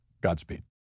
Godspeed